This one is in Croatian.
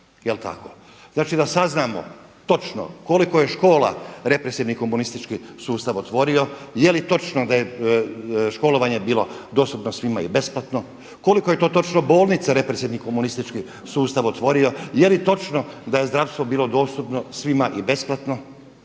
da saznamo koliko je škola represivni, komunistički sustav otvorio, je li točno da je školovanje bilo dostupno svima i besplatno? Koliko je to točno bolnica represivni komunistički sustav otvorio? Je li točno da je zdravstvo bilo dostupno svima i besplatno?